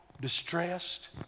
distressed